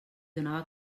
donava